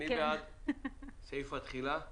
מי בעד סעיף התחילה?